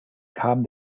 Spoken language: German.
kam